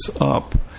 up